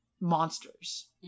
monsters